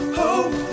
hope